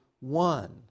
one